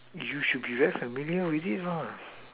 you should be very familiar with it what